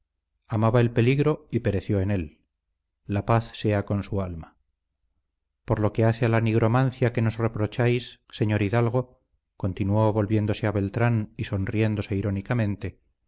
amaba el peligro y pereció en él la paz sea con su alma por lo que hace a la nigromancia que nos reprocháis señor hidalgo continuó volviéndose a beltrán y sonriéndose irónicamente